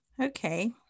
Okay